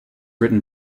written